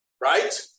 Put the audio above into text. right